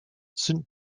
saint